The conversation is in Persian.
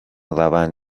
روند